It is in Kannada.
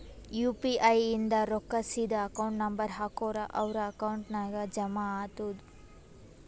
ಯು ಪಿ ಐ ಇಂದ್ ರೊಕ್ಕಾ ಸೀದಾ ಅಕೌಂಟ್ ನಂಬರ್ ಹಾಕೂರ್ ಅವ್ರ ಅಕೌಂಟ್ ನಾಗ್ ಜಮಾ ಆತುದ್